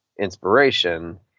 inspiration